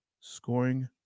scoring